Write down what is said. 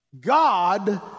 God